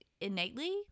innately